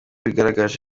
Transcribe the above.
bigaragaje